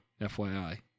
FYI